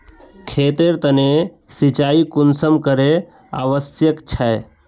खेतेर तने सिंचाई कुंसम करे आवश्यक छै?